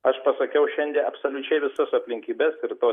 aš pasakiau šiandien absoliučiai visas aplinkybes ir to